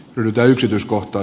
mitä yksityiskohta